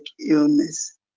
illness